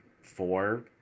four